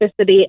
specificity